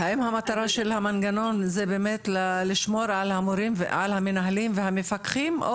האם המטרה של המנגנון זה באמת לשמור על המורים ועל המנהלים והמפקחים,